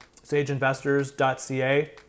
sageinvestors.ca